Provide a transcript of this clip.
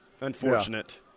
Unfortunate